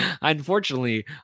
Unfortunately